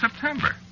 September